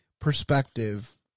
perspective